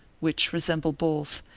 which resemble both,